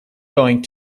going